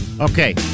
Okay